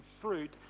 fruit